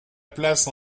place